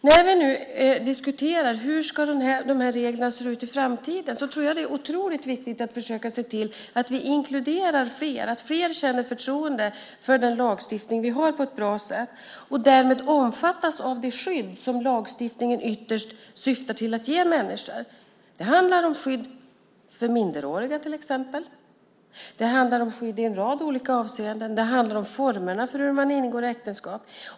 När vi nu diskuterar hur de här reglerna ska se ut i framtiden tror jag att det är otroligt viktigt att försöka se till att vi inkluderar fler och att fler känner förtroende för den lagstiftning vi har på ett bra sätt och därmed omfattas av det skydd som lagstiftningen ytterst syftar till att ge människor. Det handlar till exempel om skydd för minderåriga. Det handlar om skydd i en rad olika avseenden. Det handlar om formerna för hur man ingår äktenskap.